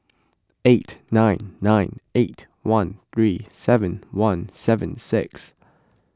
eight nine nine eight one three seven one seven six